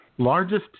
Largest